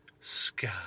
sky